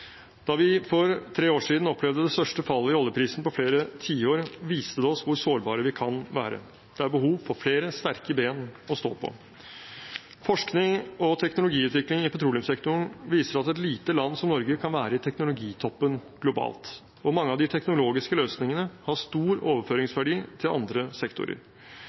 Da vi for tre år siden opplevde det største fallet i oljeprisen på flere tiår, viste det oss hvor sårbare vi kan være. Det er behov for flere sterke ben å stå på. Forskningen og teknologiutviklingen i petroleumssektoren viser at et lite land som Norge kan være i teknologitoppen globalt, og mange av de teknologiske løsningene har stor overføringsverdi til andre sektorer.